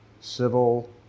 civil